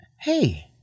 Hey